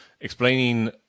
explaining